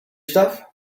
stuff